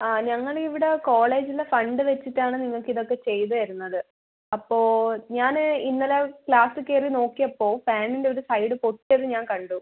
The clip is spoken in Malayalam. ആ ഞങ്ങളിവിടെ കോളേജിലെ ഫണ്ട് വെച്ചിട്ടാണ് നിങ്ങൾക്ക് ഇതൊക്കെ ചെയ്ത് തരുന്നത് അപ്പോൾ ഞാന് ഇന്നലെ ക്ലാസിൽ കയറി നോക്കിയപ്പോൾ ഫാനിൻ്റെ ഒരു സൈഡ് പൊട്ടിയത് ഞാൻ കണ്ടു